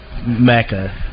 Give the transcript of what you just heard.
mecca